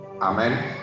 Amen